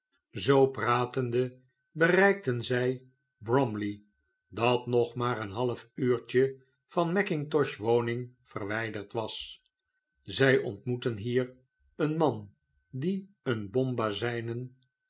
zoo pratende bereikten zij bromley dat nog maar een half uurtje van mackintosh woning verwijderd was zij ontmoetten hier een man die een bombazijnen